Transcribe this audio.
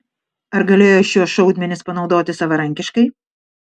ar galėjo šiuos šaudmenis panaudoti savarankiškai